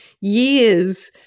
years